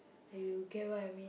like you get what I mean